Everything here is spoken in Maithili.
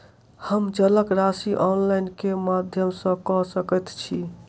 हम जलक राशि ऑनलाइन केँ माध्यम सँ कऽ सकैत छी?